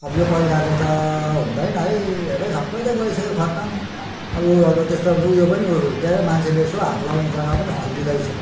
अब यो प्रकारले त हुँदैन है हेर सबै त गइसक्यो खत्तम अब अब त्यस्तो हो भने त उयो पनि उ के अरे मान्छेले यसो हात लाउने जग्गा पनि हल्लिँदैछ